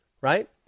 right